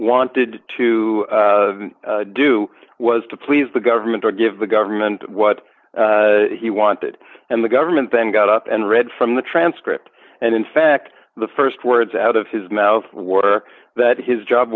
wanted to do was to please the government or give the government what he wanted and the government then got up and read from the transcript and in fact the st words out of his mouth were that his job